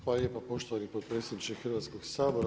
Hvala lijepo poštovani potpredsjedniče Hrvatskog sabora.